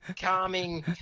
calming